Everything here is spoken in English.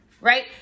Right